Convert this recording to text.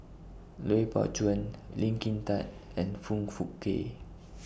Lui Pao Chuen Lee Kin Tat and Foong Fook Kay